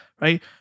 right